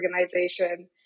organization